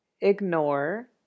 ignore